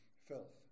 filth